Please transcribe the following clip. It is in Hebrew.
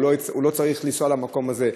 הוא לא צריך לנסוע למקום הזה.